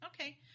Okay